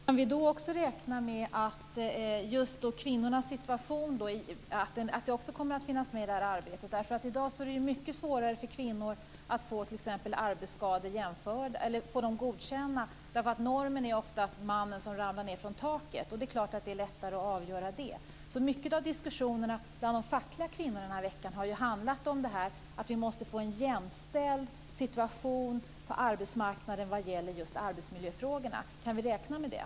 Fru talman! Kan vi då räkna med att just kvinnornas situation också kommer att finnas med i det här arbetet? I dag är det mycket svårare för kvinnor att få arbetsskador godkända därför att normen oftast är mannen som ramlar ned från ett tak, och det är klart att det är lättare att avgöra. Mycket av diskussionerna bland de fackliga kvinnorna den här veckan har handlat om att vi måste få en jämställd situation på arbetsmarknaden vad gäller just arbetsmiljöfrågorna. Kan vi räkna med det?